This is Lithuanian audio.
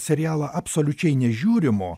serialą absoliučiai nežiūrimu